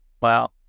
Wow